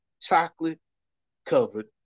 Chocolate-covered